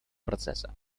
процесса